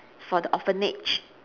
for the orphanage